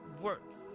works